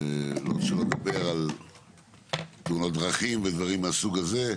שלא לדבר על תאונות דרכים ודברים מהסוג הזה.